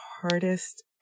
hardest